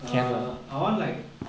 err I want like